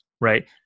right